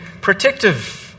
protective